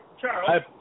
Charles